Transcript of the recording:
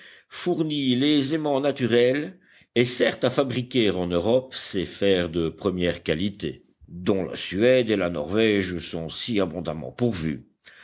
fournit les aimants naturels et sert à fabriquer en europe ces fers de première qualité dont la suède et la norvège sont si abondamment pourvues